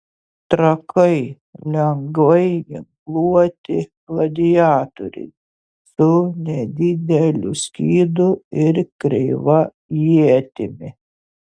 trakai lengvai ginkluoti gladiatoriai su nedideliu skydu ir kreiva ietimi